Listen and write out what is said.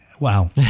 Wow